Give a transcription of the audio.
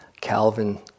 Calvin